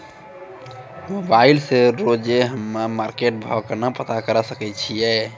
Mobile से रोजे हम्मे मार्केट भाव केना पता करे सकय छियै?